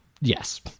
yes